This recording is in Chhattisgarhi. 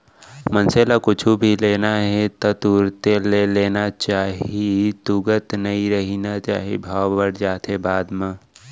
मनसे ल कुछु भी लेना हे ता तुरते ले लेना चाही तुगत नइ रहिना चाही भाव बड़ जाथे बाद म